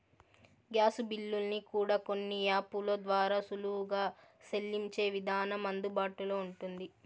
gas బిల్లుల్ని కూడా కొన్ని యాపుల ద్వారా సులువుగా సెల్లించే విధానం అందుబాటులో ఉంటుంది